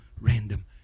random